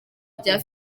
rya